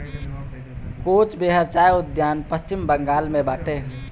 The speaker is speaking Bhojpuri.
कोच बेहर चाय उद्यान पश्चिम बंगाल में बाटे